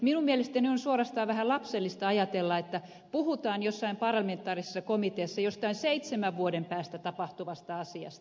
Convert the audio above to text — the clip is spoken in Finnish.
minun mielestäni on suorastaan vähän lapsellista ajatella että puhutaan jossain parlamentaarisessa komiteassa jostain seitsemän vuoden päästä tapahtuvasta asiasta